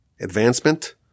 advancement